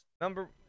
Number